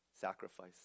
sacrifice